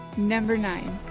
number nine.